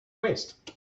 waste